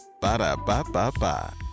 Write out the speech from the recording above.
Ba-da-ba-ba-ba